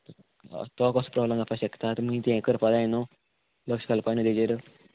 तो कसो प्रोब्लेम जावपा शकता तुमी तें हें करपा जाय न्हू लक्ष घालपा न्हू तेजेर